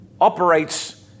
operates